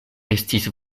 estis